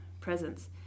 presence